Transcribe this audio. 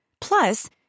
Plus